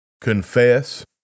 confess